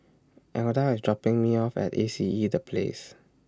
Elda IS dropping Me off At A C E The Place